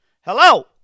Hello